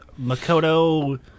Makoto